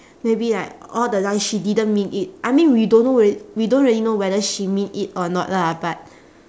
maybe like all the lies she didn't mean it I mean we don't know re~ we don't really know whether she mean it or not lah but